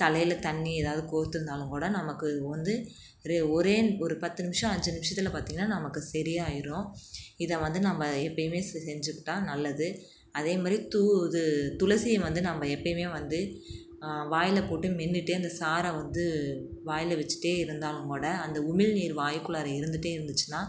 தலையில் தண்ணி எதாவது கோர்த்து இருந்தாலும் கூட நமக்கு வந்து ஒரு ஒரே ஒரு பத்து நிமிஷம் அஞ்சு நிமிஷத்தில் பார்த்திங்கன்னா நமக்கு சரி ஆயிடும் இதை வந்து நம்ம எப்போயுமே செ செஞ்சுக்கிட்டால் நல்லது அதே மாதிரி தூது துளசியை வந்து நம்ம எப்போயுமே வந்து வாயில் போட்டு மென்னுட்டே அந்தச் சாறை வந்து வாயில் வச்சுட்டே இருந்தாலும் கூட அந்த உமிழ் நீர் வாயிக்குள்ளார இருந்துட்டே இருந்துச்சுனால்